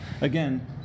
Again